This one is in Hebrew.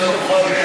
גם תוכל,